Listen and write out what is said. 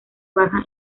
baja